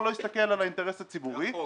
דבר שני,